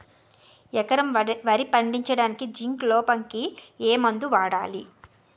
ఎకరం వరి పండించటానికి జింక్ లోపంకి ఏ మందు వాడాలి?